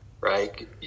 right